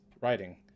Writing